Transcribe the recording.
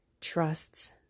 trusts